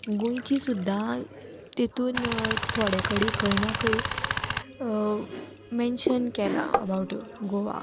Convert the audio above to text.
गोंयची सुद्दां तेतून थोडे कडेन खंय ना खंय मेन्शन केलां अबावट गोवा